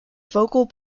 focal